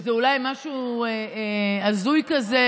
שאולי זה משהו הזוי כזה,